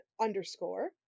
underscore